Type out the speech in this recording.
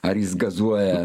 ar jis gazuoja